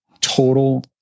total